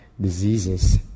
diseases